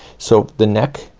so the neck,